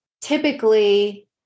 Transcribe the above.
Typically